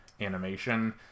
animation